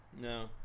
No